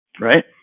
Right